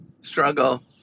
struggle